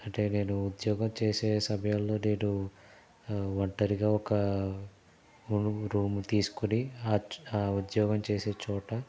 అంటే నేను ఉద్యోగం చేసే సమయంలో నేను ఒంటరిగా ఒక రూమ్ తీసుకోని ఆ ఉద్యోగం చేసే చోట